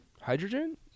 Hydrogen